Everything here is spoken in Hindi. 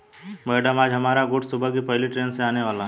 मैडम आज हमारा गुड्स सुबह की पहली ट्रैन से आने वाला है